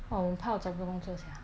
!wah! 我很怕我找不到工作 sia